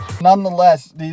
Nonetheless